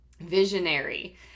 Visionary